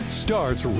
starts